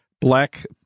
black